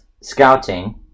scouting